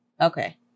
Okay